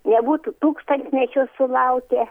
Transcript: nebūtų tūkstantmečio sulaukę